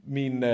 min